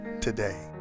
today